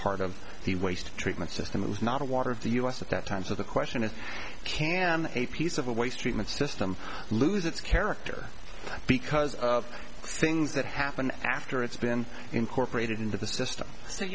part of the waste treatment system that was not a water of the u s at that time so the question is can a piece of a waste treatment system lose its character because of things that happen after it's been incorporated into the system